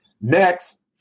Next